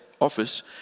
office